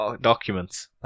documents